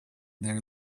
there